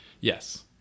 Yes